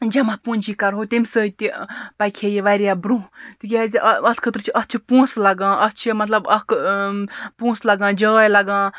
جمع پوٗنٛجی کَرہو تمہِ سۭتۍ تہِ پَکہِ ہے یہِ واریاہ برونٛہہ تِکیٛازِ اَتھ خٲطرٕ چھِ اَتھ چھِ پونٛسہٕ لَگان اَتھ چھِ مطلب اَکھ پونٛسہٕ لَگان جاے لَگان